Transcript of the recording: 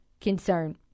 concern